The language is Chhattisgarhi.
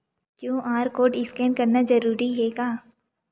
क्यू.आर कोर्ड स्कैन करना जरूरी हे का?